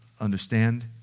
understand